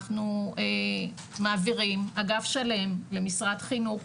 אנחנו מעבירים אגף שלם למשרד חינוך,